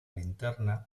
linterna